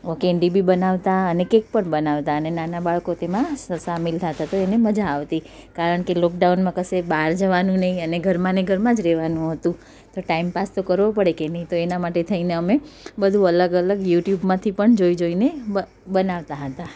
ઓ candy બી બનાવતા અને કેક પણ બનાવતા અને નાના બાળકો તેમાં સસ સામેલ થતાં તો એમને મજા આવતી કારણ કે લૉકડાઉનમાં કશે બહાર જવાનું નહીં અને ઘરમાં ને ઘરમાં જ રહેવાનું હતું તો ટાઇમપાસ તો કરવો પડે કે નહીં તો એના માટે થઈને અમે બધું અલગ અલગ યૂટ્યૂબમાંથી પણ જોઈ જોઈને બ બનાવતા હતા